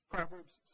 Proverbs